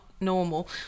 normal